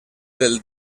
del